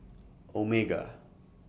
Omega